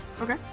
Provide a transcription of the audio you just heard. Okay